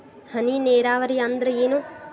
ಹನಿ ನೇರಾವರಿ ಅಂದ್ರ ಏನ್?